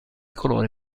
colore